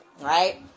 right